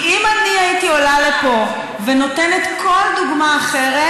כי אם אני הייתי עולה לפה ונותנת כל דוגמה אחרת,